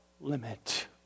limit